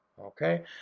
okay